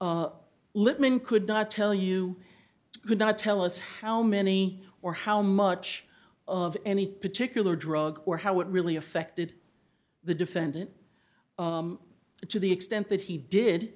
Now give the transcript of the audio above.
lippman could not tell you could not tell us how many or how much of any particular drug or how it really affected the defendant to the extent that he did